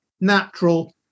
natural